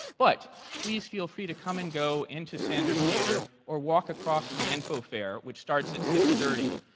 but please, feel free to come and go into sanders theatre or walk across to the info fair, which starts at six thirty